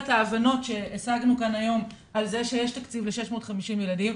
ההבנות שהשגנו כאן היום על זה שיש תקציב ל-650 ילדים,